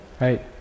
Right